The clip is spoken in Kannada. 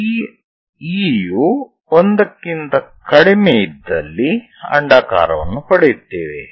ಈ e ಯು 1 ಕ್ಕಿಂತ ಕಡಿಮೆ ಇದ್ದಲ್ಲಿ ಅಂಡಾಕಾರವನ್ನು ಪಡೆಯುತ್ತೇವೆ